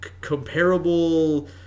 comparable